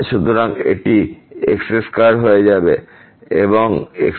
সুতরাং এটি x2 হয়ে যাবে এবং x2